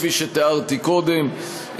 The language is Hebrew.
כפי שתיארתי קודם,